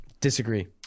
Disagree